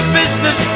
business